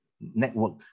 network